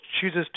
chooses